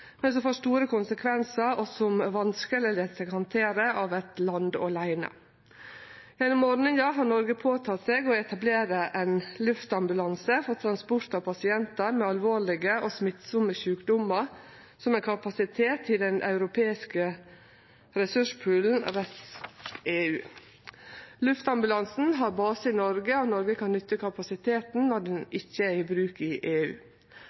men som får store konsekvensar, og som vanskeleg lèt seg handtere av eitt land åleine. Gjennom ordninga har Noreg teke på seg å etablere ein luftambulanse for transport av pasientar med alvorlege og smittsame sjukdomar som ein kapasitet i den europeiske ressurspoolen rescEU. Luftambulansen har base i Noreg, og Noreg kan nytte kapasiteten når han ikkje er i bruk i EU.